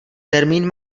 termín